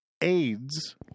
AIDS